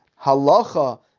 Halacha